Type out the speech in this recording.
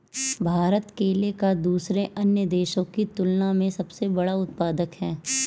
भारत केले का दूसरे अन्य देशों की तुलना में सबसे बड़ा उत्पादक है